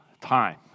time